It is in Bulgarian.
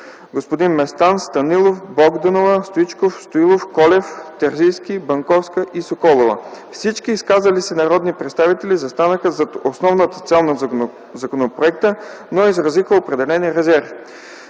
Местан, Станилов, Богданова, Стоичков, Стоилов, Колев, Терзийски, Банковска и Соколова. Всички изказали се народни представители застанаха зад основната цел на законопроекта, но изразиха определени резерви.